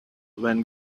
when